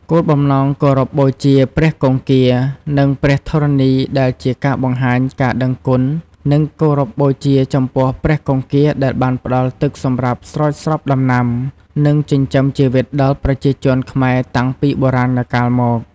គោលបំណងគោរពបូជាព្រះគង្គា និងព្រះធរណីដែលជាការបង្ហាញការដឹងគុណ និងគោរពបូជាចំពោះព្រះគង្គាដែលបានផ្ដល់ទឹកសម្រាប់ស្រោចស្រពដំណាំ និងចិញ្ចឹមជីវិតដល់ប្រជាជនខ្មែរតាំងពីបុរាណកាលមក។